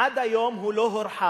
עד היום הוא לא הורחב,